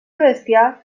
bestiar